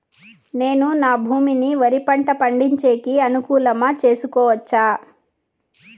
నేను నా భూమిని వరి పంట పండించేకి అనుకూలమా చేసుకోవచ్చా?